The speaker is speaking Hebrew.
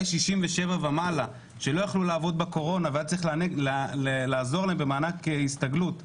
67 ומעלה שלא יכלו לעבוד בקורונה והיה צריך לעזור להם במענק הסתגלות,